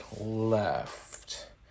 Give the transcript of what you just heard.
left